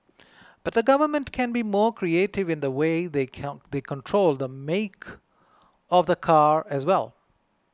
but the government can be more creative in the way they come they control the make of the car as well